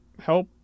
help